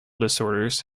disorders